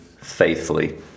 faithfully